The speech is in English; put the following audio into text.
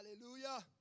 Hallelujah